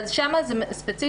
אבל שם ספציפית,